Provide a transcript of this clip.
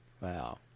Wow